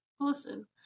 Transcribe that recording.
awesome